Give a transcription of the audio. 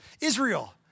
Israel